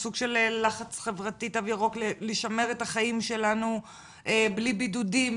סוג של לחץ חברתי תו ירוק לשמר את החיים שלנו בלי בידודים,